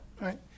right